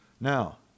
now